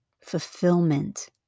fulfillment